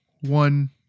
one